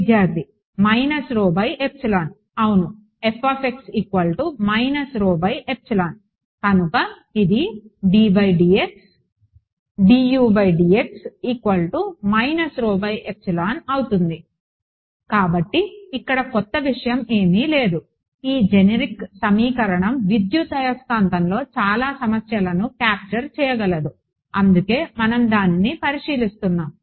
విద్యార్థి అవును f కనుక ఇది అవుతుంది కాబట్టి ఇక్కడ కొత్త విషయం ఏమి లేదు ఈ జెనరిక్ సమీకరణం విద్యుదయస్కాంతంలో చాలా సమస్యలను క్యాప్చర్ చేయగలదు అందుకే మనం దానిని పరిశీలిస్తునాము